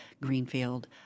Greenfield